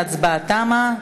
ההצבעה תמה.